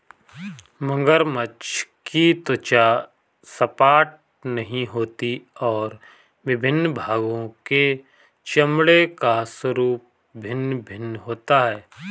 मगरमच्छ की त्वचा सपाट नहीं होती और विभिन्न भागों के चमड़े का स्वरूप भिन्न भिन्न होता है